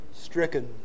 stricken